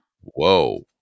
whoa